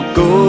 go